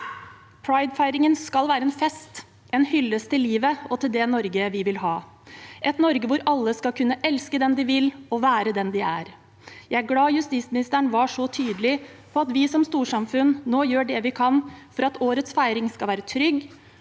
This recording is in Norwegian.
Pridefeiringen skal være en fest, en hyllest til livet og til det Norge vi vil ha – et Norge hvor alle skal kunne elske den de vil, og være den de er. Jeg er glad justisministeren var så tydelig på at vi som storsamfunn nå gjør det vi kan for at årets feiring skal være trygg